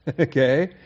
Okay